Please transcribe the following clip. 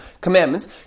commandments